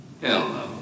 Hello